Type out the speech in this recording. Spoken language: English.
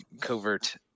covert